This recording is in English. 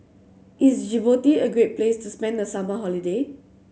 is Djibouti a great place to spend the summer holiday